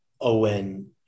Owen